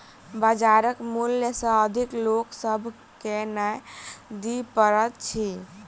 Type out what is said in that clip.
बजारक मूल्य सॅ अधिक लोक सभ के नै दिअ पड़ैत अछि